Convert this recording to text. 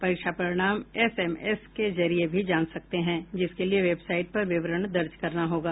परीक्षा परिणाम एसएमएस के जरिये भी जाने जा सकते हैं जिसके लिए वेबसाइट पर विवरण दर्ज करना होगा